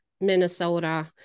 Minnesota